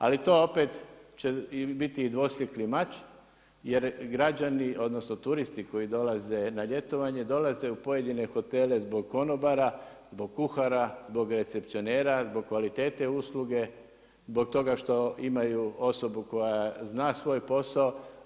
Ali to opet će biti dvosjekli mač, jer građani odnosno turisti koji dolaze na ljetovanje dolaze u pojedine hotele zbog konobara, zbog kuhara, zbog recepcionera, zbog kvalitete usluge, zbog toga što imaju osobu koja zna svoj posao.